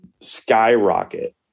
skyrocket